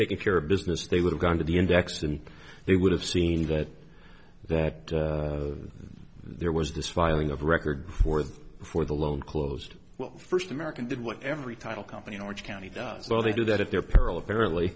taken care of business they would have gone to the index then they would have seen that that there was this filing of record for the for the loan closed first american did what every title company in orange county does so they do that at their peril apparently